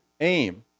aim